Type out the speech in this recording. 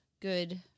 good